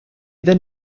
then